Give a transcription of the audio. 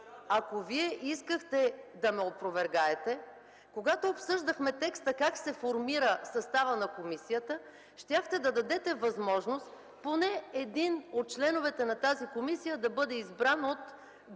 Ако Вие искахте да ме опровергаете, когато обсъждахме текста как се формира съставът на комисията, щяхте да дадете възможност поне един от членовете на тази комисия да бъде избран от